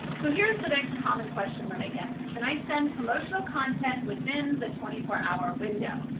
so here's the next common question that i get, can i send promotional content within the twenty four hour window?